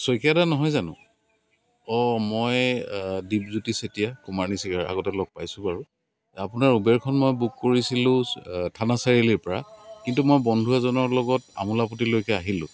শইকীয়াদা নহয় জানো অঁ মই দীপজ্যোতি চেতিয়া কুমাৰণী চিগাৰ আগতে লগ পাইছো বাৰু আপোনাৰ উবেৰখন মই বুক কৰিছিলো থানা চাৰিআলিৰ পৰা কিন্তু মই বন্ধু এজনৰ লগত আমোলাপতিলৈকে আহিলোঁ